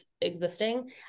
existing